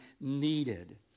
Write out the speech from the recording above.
needed